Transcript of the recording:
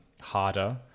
harder